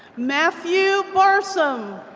matthew barsoum.